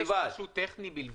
משהו טכני בלבד.